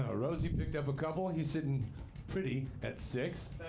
ah rosie picked up a couple. he's sitting pretty at six.